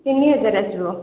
ତିନି ହଜାର ଆସିବ